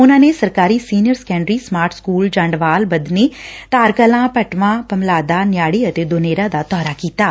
ਉਨਾਂ ਨੇ ਸਰਕਾਰੀ senior secondary smart school Jandwal Badhani Dhar Kalan Bhatwan Bhamlada Niari ਅਤੇ ਦੁਨੇਰਾ ਦਾ ਦੌਰਾ ਕੀਤਾ ਗਿਆ